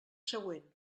següent